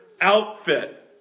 outfit